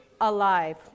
alive